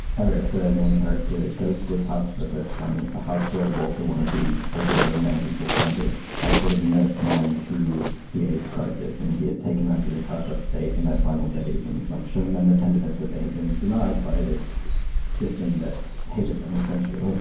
eric, the main character, goes to this house for the first time. and it's the house where walter, one of the older gay men he's befriended, had sort of nursed men through the aids crisis. and he had taken them to this house upstate in their final days and like shown them the tenderness that they had been denied by this system that hated them, essentially.